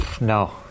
No